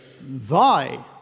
thy